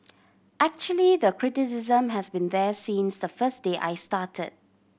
actually the criticism has been there since the first day I started